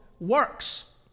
works